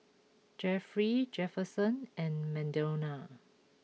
Jefferey Jefferson and Madonna